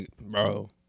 bro